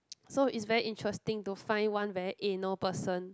so it's very interesting to find one very anal person